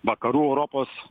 vakarų europos